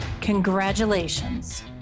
Congratulations